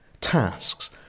tasks